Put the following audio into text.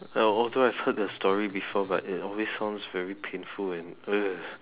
uh although I've heard the story before but it always sounds very painful and ugh